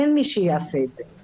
אין מי שיעשה את זה.